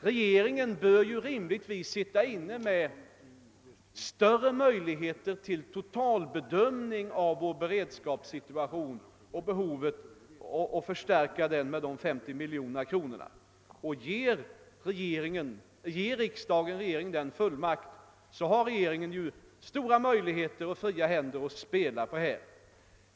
Regeringen bör rimligtvis ha de bästa förutsättningarna att göra en totalbedömning av vår beredskapssituation och av behovet att förstärka denna med användande av dessa 50 milj.kr. Om riksdagen ger regeringen denna fullmakt, får regeringen fria händer att utnyttja dessa möjligheter.